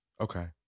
Okay